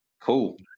Cool